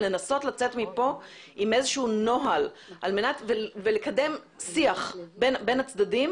לנסות לצאת מפה עם איזשהו נוהל ולקדם שיח בין הצדדים